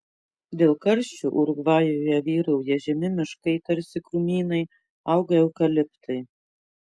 dėl karščių urugvajuje vyrauja žemi miškai tarsi krūmynai auga eukaliptai